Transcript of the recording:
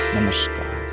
Namaskar